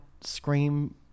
scream